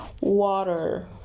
water